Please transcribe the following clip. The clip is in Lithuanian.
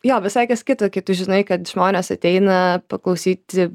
jo visai kas kita kai tu žinai kad žmonės ateina paklausyti